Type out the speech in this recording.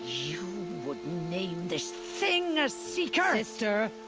you would name this thing a seeker? sister!